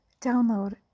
download